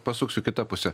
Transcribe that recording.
pasuksiu į kitą pusę